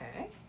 Okay